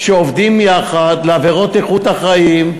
שעובדים יחד על עבירות איכות החיים,